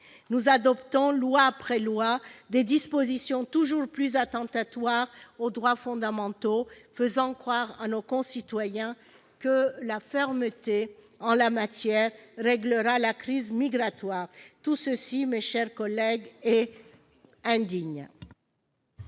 Nous adoptons, loi après loi, des dispositions toujours plus attentatoires aux droits fondamentaux, en faisant croire à nos concitoyens que la fermeté en la matière permettra de régler la crise migratoire. Mes chers collègues, tout